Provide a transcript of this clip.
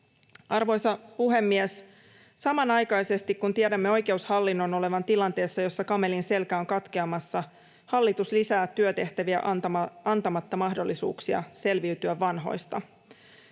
Arvoisa puhemies! Samanaikaisesti, kun tiedämme oikeushallinnon olevan tilanteessa, jossa kamelin selkä on katkeamassa, hallitus lisää työtehtäviä antamatta mahdollisuuksia selviytyä vanhoista.